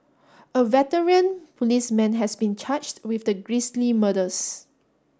a veteran policeman has been charged with the grisly murders